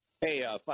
Hey